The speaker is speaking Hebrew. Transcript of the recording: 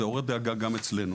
זה עורר דאגה גם אצלנו.